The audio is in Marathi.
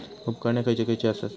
उपकरणे खैयची खैयची आसत?